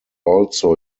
also